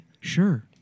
sure